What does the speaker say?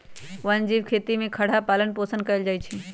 वन जीव खेती में खरहा पालन पोषण कएल जाइ छै